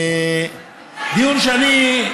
דיון שאני,